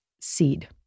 Seed